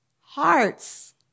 Hearts